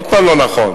עוד פעם לא נכון.